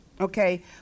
okay